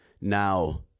now